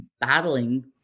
battling